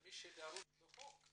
כפי שדרוש בחוק,